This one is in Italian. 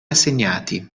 assegnati